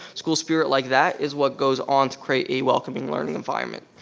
school spirit like that is what goes on to create a welcoming learning environment.